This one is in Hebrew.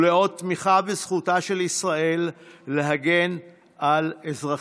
ולאות תמיכה בזכותה של ישראל להגן על אזרחיה.